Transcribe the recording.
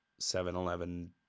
7-Eleven